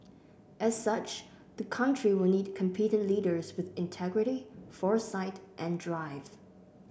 as such the country will need competent leaders with integrity foresight and drive